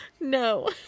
No